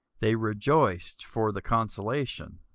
they rejoiced for the consolation.